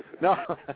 No